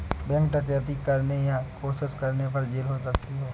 bank डकैती करने या कोशिश करने पर जेल हो सकती है